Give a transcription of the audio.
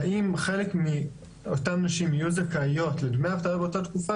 האם חלק מאותן נשים יהיו זכאיות לדמי אבטלה באותה תקופה,